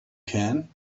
can